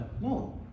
No